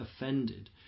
offended